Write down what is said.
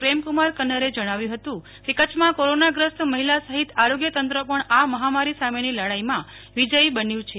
પ્રેમકુમાર કન્નરે જણાવ્યું હતું કે કચ્છમાં કોરોનાગ્રસ્ત મહિલા સહીત આરોગ્ય તંત્ર પણ આ મહામારી સામેની લડાઈમાં વિજયી બન્યું છે